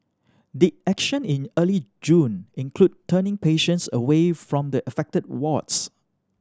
did action in early June include turning patients away from the affected wards